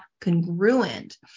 congruent